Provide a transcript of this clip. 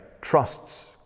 trusts